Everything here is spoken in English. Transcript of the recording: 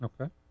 Okay